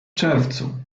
czerwcu